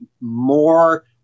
more